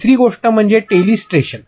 तिसरी गोष्ट म्हणजे टेलीस्ट्रेशन